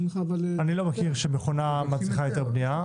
אני לא מכיר שמכונה מצריכה היתר בנייה.